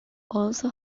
also